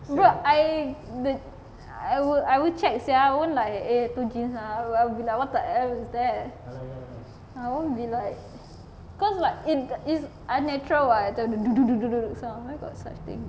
bro I I would check sia I won't like eh put jeans ah I would I would be like eh what the heck is that I won't be like cause like it's it's unnatural [what] sound where got such thing